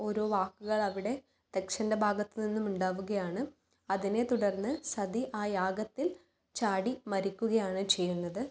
ഓരോ വാക്കുകളവിടെ ദക്ഷൻ്റെ ഭാഗത്ത് നിന്ന് ഉണ്ടാവുകയാണ് അതിനെ തുടർന്ന് സതി ആ യാഗത്തിൽ ചാടി മരിക്കുകയാണ് ചെയ്യുന്നത്